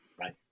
right